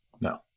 No